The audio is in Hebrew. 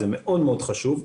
זה מאוד מאוד חשוב.